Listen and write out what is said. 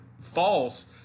false